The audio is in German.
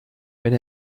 wenn